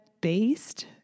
based